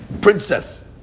princess